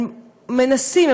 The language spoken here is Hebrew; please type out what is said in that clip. הם מנסים,